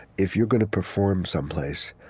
if you're going to perform some place,